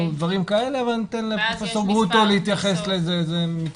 דברים כאלה אבל אתן לפרופ' גרוטו להתייחס לזה.